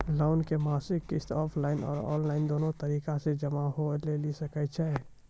Loan के मासिक किस्त ऑफलाइन और ऑनलाइन दोनो तरीका से जमा होय लेली सकै छै?